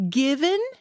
given